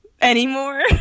anymore